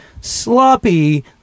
sloppy